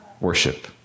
Worship